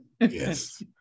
Yes